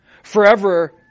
Forever